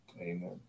Amen